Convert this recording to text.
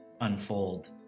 unfold